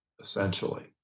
Essentially